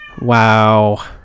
Wow